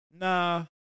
Nah